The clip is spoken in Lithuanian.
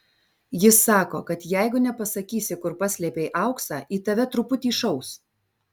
jis sako kad jeigu nepasakysi kur paslėpei auksą į tave truputį šaus